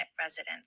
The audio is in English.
resident